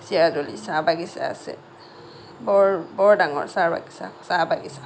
চিয়াজুলী চাহ বাগিচা আছে বৰ বৰ ডাঙৰ চাহ বাগিচা চাহ বাগিচাখন